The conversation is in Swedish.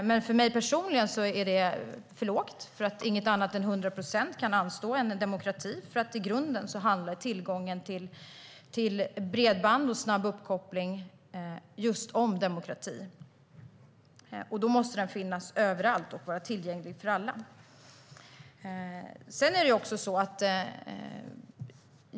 Men för mig personligen är det för lågt. Inget annat än 100 procent kan anstå en demokrati, för i grunden handlar tillgången till bredband och snabb uppkoppling just om demokrati. Då måste den finnas överallt och vara tillgänglig för alla.